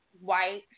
white